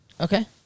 okay